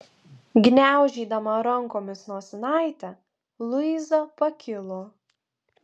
gniaužydama rankomis nosinaitę luiza pakilo